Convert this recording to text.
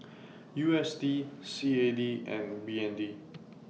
U S D C A D and B N D